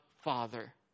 Father